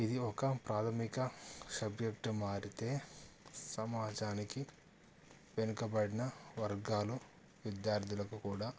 ఇది ఒక ప్రాథమిక సబ్జెక్టు మారితే సమాజానికి వెనుకబడిన వర్గాలు విద్యార్థులకు కూడా